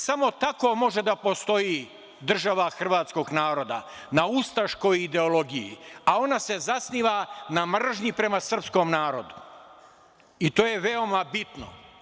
Samo tako može da postoji država hrvatskog naroda - na ustaškoj ideologiji, a ona se zasniva na mržnji prema srpskom narodu, i to je veoma bitno.